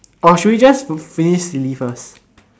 oh should we just finish this first